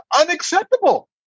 Unacceptable